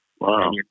Wow